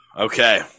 Okay